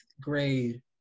grade